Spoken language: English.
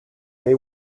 they